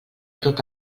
tot